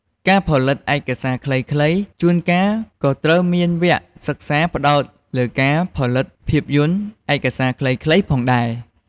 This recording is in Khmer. ការផលិតឯកសារខ្លីៗ ជួនកាលក៏ត្រូវមានវគ្គសិក្សាផ្ដោតលើការផលិតភាពយន្តឯកសារខ្លីៗផងដែរ។